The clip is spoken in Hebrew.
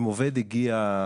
אם עובד הגיע,